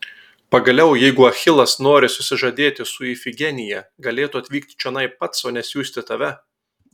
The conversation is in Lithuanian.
pagaliau jeigu achilas nori susižadėti su ifigenija galėtų atvykti čionai pats o ne siųsti tave